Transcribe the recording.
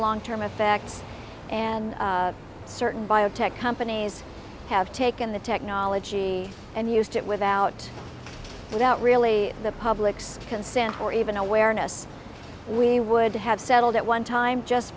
long term effects and certain biotech companies have taken the technology and used it without without really the public's consent or even awareness we would have settled at one time just